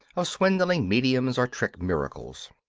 of swindling mediums or trick miracles.